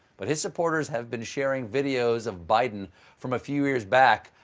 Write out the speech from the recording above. but his supporters have been sharing videos of biden from a few years back,